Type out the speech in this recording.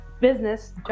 business